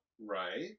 Right